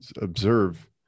observe